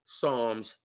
Psalms